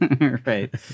Right